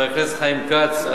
חבר הכנסת חיים כץ,